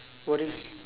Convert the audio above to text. boring